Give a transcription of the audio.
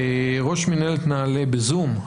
ראש מִנהלת נעל"ה בזום.